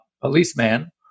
policeman